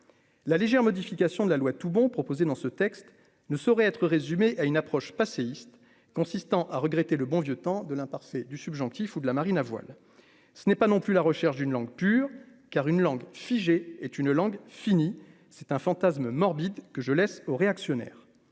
la légère modification de la loi Toubon proposées dans ce texte ne saurait être résumée à une approche passéiste consistant à regretter le bon vieux temps de l'imparfait du subjonctif, ou de la marine à voile, ce n'est pas non plus la recherche d'une langue pure car une langue figée, est une langue fini, c'est un fantasme morbide que je laisse aux réactionnaires,